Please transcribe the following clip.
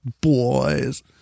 boys